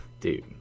Dude